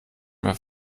mehr